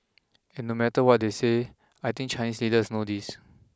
and no matter what they say I think Chinese leaders know this